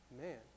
Man